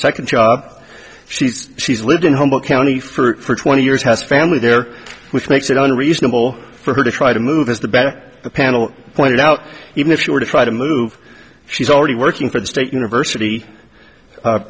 second job she's she's lived in home a county for twenty years has family there which makes it unreasonable for her to try to move as the back panel pointed out even if she were to try to move she's already working for the state university